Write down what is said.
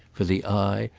for the eye,